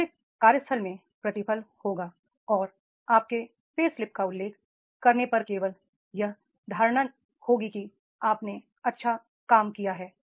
अच्छे कार्यस्थल में प्रतिफल होगा और आपके पे स्लिप का उल्लेख करने पर केवल यह धारणा होगी कि आपने अच्छा काम किया है